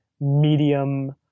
medium